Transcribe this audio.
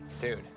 Dude